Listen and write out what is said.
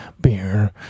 beer